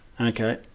Okay